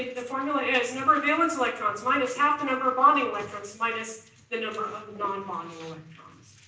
the formula is number of valence electrons minus half the number of bonding electrons minus the number of of non-bonding